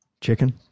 Chicken